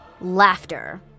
Laughter